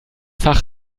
fach